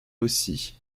aussi